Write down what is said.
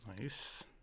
Nice